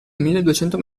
milleduecento